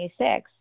26